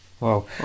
Wow